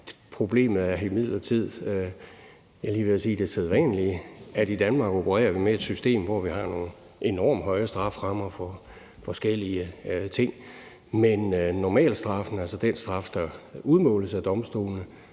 Problemet er imidlertid det sædvanlige, var jeg lige ved at sige: I Danmark opererer vi med et system, hvor vi har nogle enormt høje strafferammer for forskellige ting, men normalstraffen, altså den straf, der udmåles af domstolene,